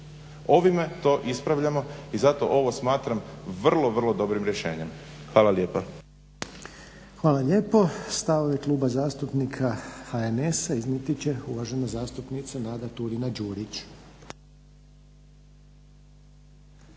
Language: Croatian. Ovime to ispravljamo, i zato ovo smatram vrlo, vrlo dobrim rješenjem. Hvala lijepa. **Reiner, Željko (HDZ)** Hvala lijepo. Stavovi kluba zastupnika HNS-a iznijeti će uvažena zastupnica Nada Turina-Đurić.